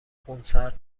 خونسرد